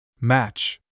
Match